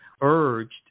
urged